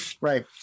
Right